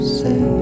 say